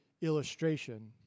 illustration